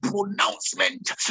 pronouncement